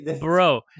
Bro